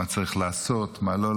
מה צריך לעשות ומה לא לעשות,